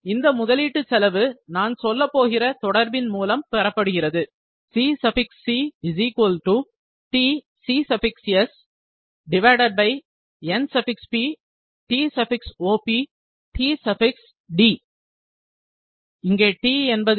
இந்த முதலீட்டுச் செலவு நான் சொல்லப் போகிற தொடர்பின் மூலம் பெறப்படுகிறது இங்கே T என்பது என்ன